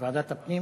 ועדת הפנים?